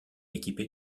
équipé